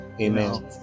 amen